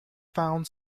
found